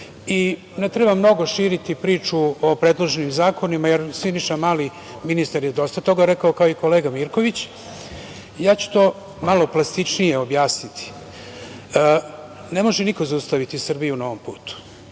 treba mnogo širiti priču o predloženim zakonima, jer Siniša Mali, ministar je dosta rekao, kao i kolega Mirković, i ja ću to malo plastičnije objasniti. Ne može niko zaustaviti Srbiju na tom putu,